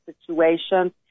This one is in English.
situations